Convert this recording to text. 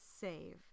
save